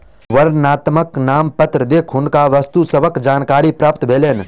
वर्णनात्मक नामपत्र देख हुनका वस्तु सभक जानकारी प्राप्त भेलैन